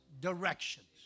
directions